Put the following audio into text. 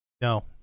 No